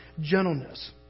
gentleness